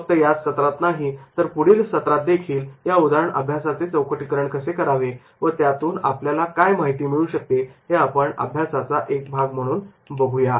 फक्त याच सत्रात नाही तर पुढील सत्रात देखील या उदाहरण अभ्यासाचे चौकटी करण कसे करावे आणि त्यातून आपल्याला काय माहिती मिळू शकते हे आपण या अभ्यासाचा एक भाग म्हणून बघूया